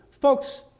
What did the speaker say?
Folks